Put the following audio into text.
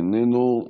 איננו,